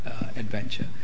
adventure